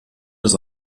ist